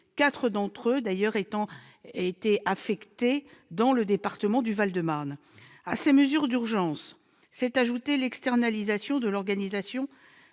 d'entre eux ont d'ailleurs été affectés dans le département du Val-de-Marne. À ces mesures d'urgence s'est ajoutée l'externalisation de l'organisation